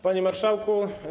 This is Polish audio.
Panie Marszałku!